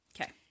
Okay